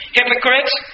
hypocrites